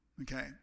Okay